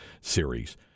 series